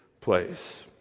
place